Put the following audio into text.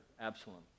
Absalom